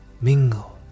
mingle